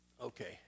Okay